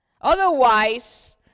Otherwise